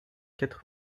quatre